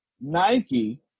Nike